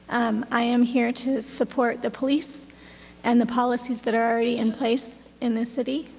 i am here to support the police and the policies that are already in place in this city.